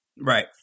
Right